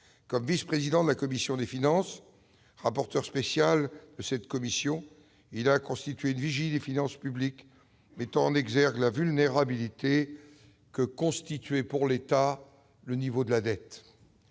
Comme vice-président de la commission des finances et rapporteur spécial de cette même commission, il a constitué une vigie des finances publiques, mettant en exergue la vulnérabilité que constituait, pour l'État, le niveau de la dette.